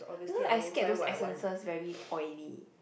because I scared those essences very oily